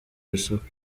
isoko